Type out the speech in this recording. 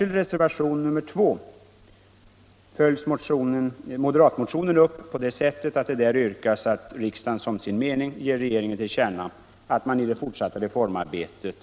I reservationen 2 följs moderatmotionen upp på det sättet att där anförs att utskottet bort hemställa ”att riksdagen ——- som sin mening ger regeringen till känna vad utskottet anfört angående vikten av att man i det fortsatta reformarbetet